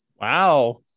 Wow